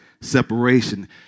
separation